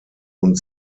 und